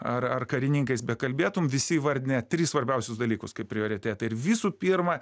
ar ar karininkais bekalbėtum visi įvardina tris svarbiausius dalykus kaip prioritetą ir visų pirma